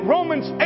Romans